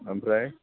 ओमफ्राय